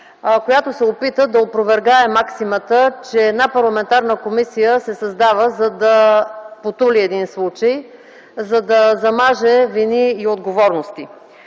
която се опита да опровергае максимата, че една парламентарна комисия се създава, за да потули един случай, за да замаже вини и отговорности.